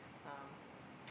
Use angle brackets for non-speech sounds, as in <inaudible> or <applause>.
um <noise>